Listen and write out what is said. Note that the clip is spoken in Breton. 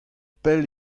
pell